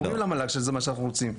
אנחנו אומרים למל"ג שזה מה שאנחנו רוצים.